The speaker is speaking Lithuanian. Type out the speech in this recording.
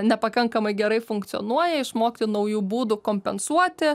nepakankamai gerai funkcionuoja išmokti naujų būdų kompensuoti